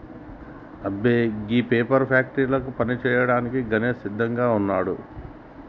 అబ్బో గీ పేపర్ ఫ్యాక్టరీల పని సేయ్యాడానికి గణేష్ సిద్దంగా వున్నాడు